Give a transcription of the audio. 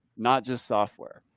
not just software.